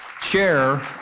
chair